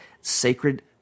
sacred